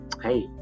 hey